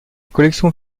collection